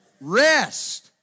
Rest